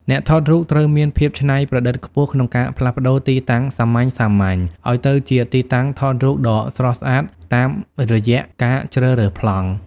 អ្នកថតរូបត្រូវមានភាពច្នៃប្រឌិតខ្ពស់ក្នុងការផ្លាស់ប្តូរទីតាំងសាមញ្ញៗឱ្យទៅជាទីតាំងថតរូបដ៏ស្រស់ស្អាតតាមរយៈការជ្រើសរើសប្លង់។